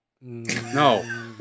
No